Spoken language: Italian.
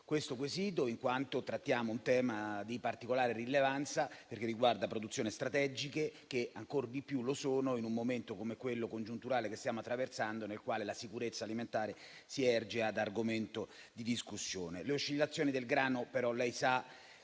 testé illustrato, in quanto tratta un tema di particolare rilevanza, connesso a produzioni strategiche che lo sono ancor di più in un momento come quello congiunturale che stiamo attraversando, nel quale la sicurezza alimentare si erge ad argomento di discussione. Le oscillazioni del prezzo del